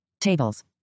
Tables